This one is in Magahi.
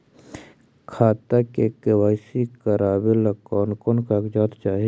खाता के के.वाई.सी करावेला कौन कौन कागजात चाही?